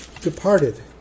departed